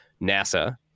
NASA